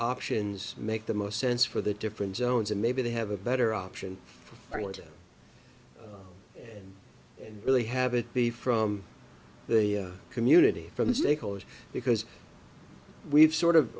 options make the most sense for the different jones and maybe they have a better option or want it and really have it be from the community from the stakeholders because we've sort of